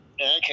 okay